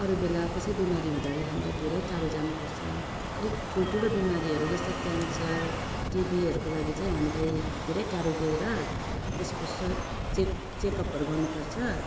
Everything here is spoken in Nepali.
अरू बेला कसै बिमार हुँदाखेरि हामीलाई धेरै टाढो जानुपर्छ अलिक ठुल ठुलो बिमारीहरू जस्तै क्यान्सर टिबीहरूको लागि चाहिँ हामीलाई धेरै टाढो गएर त्यसको चेक चेकअपहरू गर्नुपर्छ